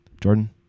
Jordan